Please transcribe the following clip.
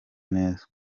neza